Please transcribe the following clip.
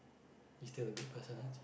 you still a good person ah